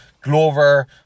Glover